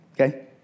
okay